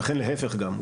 וכן להיפך גם,